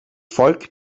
volk